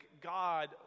God